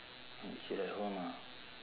want to chill at home ah